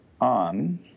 on